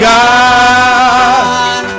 God